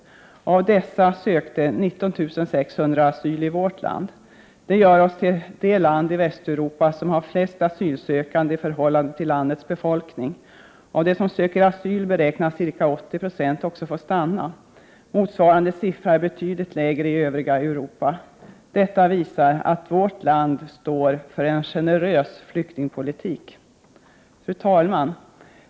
Av dessa sökte 19 600 asyl i vårt land, vilket gör oss till det land i Västeuropa som har flest asylsökande i förhållande till landets befolkning. Av dem som söker asyl beräknas ca 80 Jo också få stanna. Motsvarande siffra — Prot. 1988/89:125 är betydligt lägre i övriga Europa. Detta visar att vårt land står för en generös 31 maj 1989 flyktingpolitik. Fru talman!